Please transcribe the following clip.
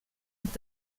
und